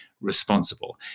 responsible